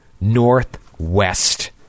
northwest